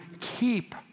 keep